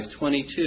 22